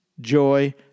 joy